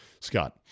Scott